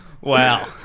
Wow